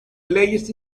leyes